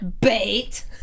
bait